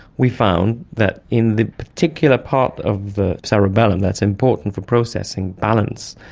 we found that in the particular part of the cerebellum that's important for processing balance,